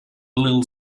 little